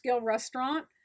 restaurant